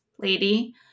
lady